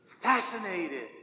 fascinated